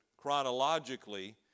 chronologically